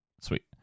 sweet